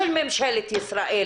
של ממשלת ישראל,